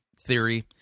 theory